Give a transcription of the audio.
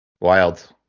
wild